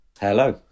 Hello